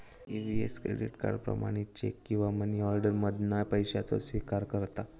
EVS credit card, प्रमाणित cheque किंवा money order मधना पैशाचो स्विकार करता